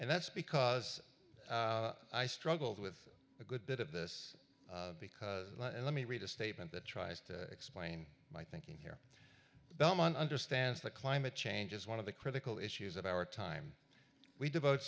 and that's because i struggled with a good bit of this because let me read a statement that tries to explain my thinking here bellman understands that climate change is one of the critical issues of our time we devote